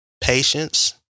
patience